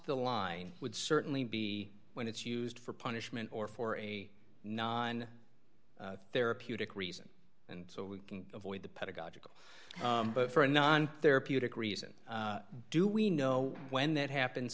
the line would certainly be when it's used for punishment or for a non therapeutic reason and so we can avoid the pedagogical but for a non therapeutic reason do we know when that happen